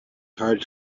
hard